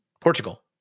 Portugal